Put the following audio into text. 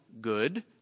good